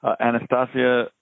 Anastasia